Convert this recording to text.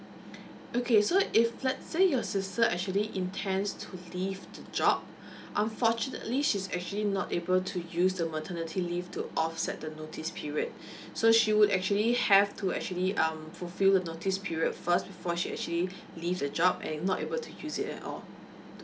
okay so if let's say your sister actually intends to leave the job unfortunately she's actually not able to use the maternity leave to offset the notice period so she would actually have to actually um fulfill the notice period first before she actually leave the job and not able to use it at all